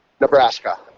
Nebraska